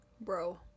Bro